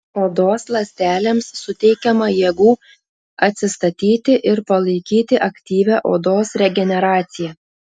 odos ląstelėms suteikiama jėgų atsistatyti ir palaikyti aktyvią odos regeneraciją